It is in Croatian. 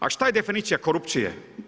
A šta ja definicija korupcije?